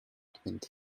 twenty